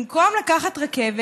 במקום לקחת רכבת,